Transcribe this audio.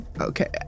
Okay